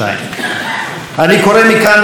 אני קורא מכאן לכל המתמודדים,